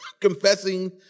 confessing